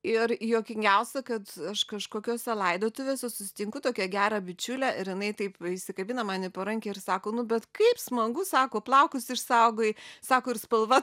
ir juokingiausia kad aš kažkokiose laidotuvėse susitinku tokią gerą bičiulę ir jinai taip įsikabina man į parankę ir sako nu bet kaip smagu sako plaukus išsaugojai sako ir spalva